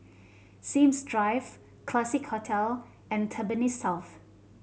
Sims Drive Classique Hotel and Tampines South